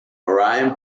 miriam